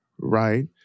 right